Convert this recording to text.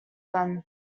them